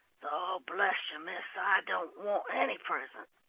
though bless you, miss, i don't want any present.